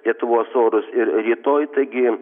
lietuvos orus ir rytoj taigi